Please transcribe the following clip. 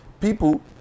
people